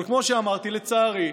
אבל כמו שאמרתי, לצערי,